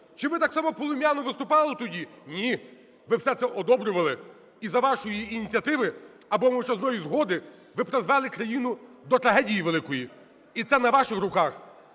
Чи ви так само полум'яно виступали тоді? Ні, ви все це одобрювали і за вашої ініціативи або мовчазної згоди ви призвели країну до трагедії великої, і це на ваших руках.